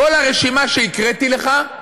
כל הרשימה שהקראתי לך,